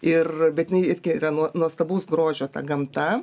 ir bet jinai irgi yra nuo nuostabaus grožio ta gamta